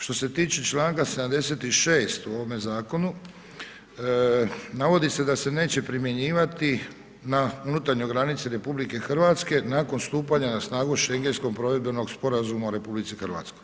Što se tiče čl. 76. u ovome zakonu, navodi se da se neće primjenjivati na unutarnjoj granici RH, nakon stupanja na snagu šengenskog provedbenog sporazuma u RH.